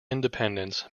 independence